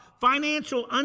Financial